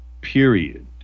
period